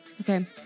Okay